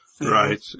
Right